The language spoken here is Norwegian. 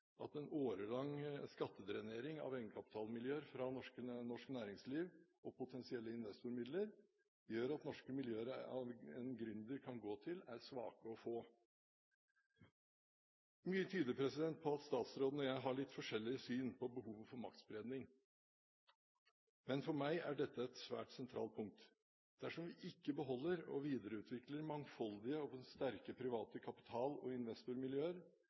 at en årelang skattedrenering av egenkapitalmidler fra norsk næringsliv og potensielle investormidler gjør at de norske miljøene en gründer kan gå til, er svake og få. Mye tyder på at statsråden og jeg har litt forskjellig syn på behovet for maktspredning, men for meg er dette et svært sentralt punkt. Dersom vi ikke beholder og videreutvikler mangfoldige og sterke private kapital- og investormiljøer,